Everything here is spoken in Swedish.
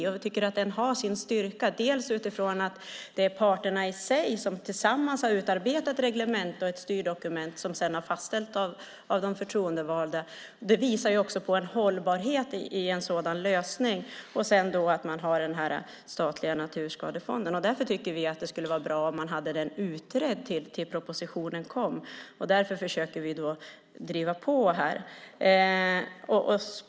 Vi tycker att den har sin styrka i att det är parterna i sig som tillsammans har utarbetat ett reglemente och ett styrdokument som sedan har fastställts av de förtroendevalda. En sådan lösning visar också på hållbarhet. Dessutom har man den statliga naturskadefonden. Därför tycker vi att det skulle vara bra om den var utredd tills propositionen kom. Det är därför vi försöker driva på här.